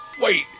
Wait